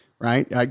right